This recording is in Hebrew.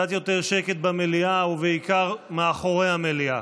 קצת יותר שקט במליאה ובעיקר מאחורי המליאה.